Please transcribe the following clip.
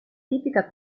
tipica